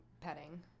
petting